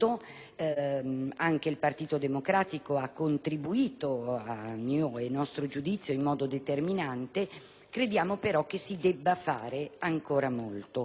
anche il Partito Democratico ha contributo, a mio e nostro giudizio, in modo determinante. Crediamo, però, che si debba fare ancora molto.